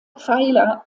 pfeiler